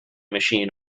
machine